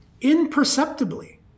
imperceptibly